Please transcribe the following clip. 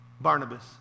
Barnabas